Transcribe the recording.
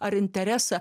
ar interesą